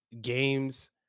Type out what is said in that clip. games